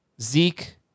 Zeke